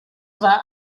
war